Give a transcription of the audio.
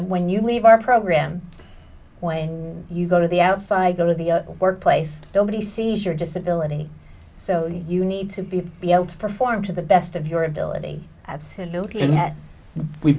when you leave your program when you go to the outside go to the workplace nobody sees your disability so you need to be able to perform to the best of your ability absolutely